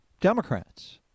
Democrats